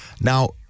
Now